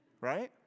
right